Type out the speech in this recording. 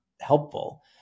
helpful